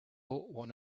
when